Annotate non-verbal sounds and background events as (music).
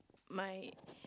my (noise)